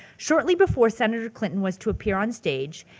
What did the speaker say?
shortly before senator clinton was to appear on stage,